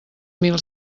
mil